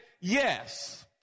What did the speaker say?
yes